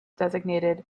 designated